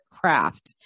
craft